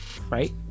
right